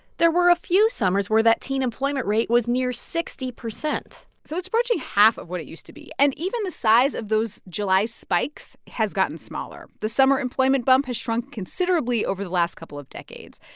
there were a few summers where that teen employment rate was near sixty percent so it's approaching half of what it used to be. and even the size of those july spikes has gotten smaller. the summer employment bump has shrunk considerably over the last couple of decades.